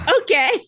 Okay